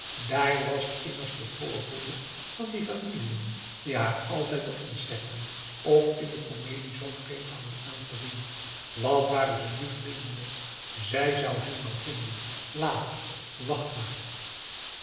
dààr was immers de voorhoede van die familiën die haar altijd op concerten of in de komedie zoo vreemd hadden aangezien wat waren ze nu vriendelijk zij zou hen wel vinden later wacht maar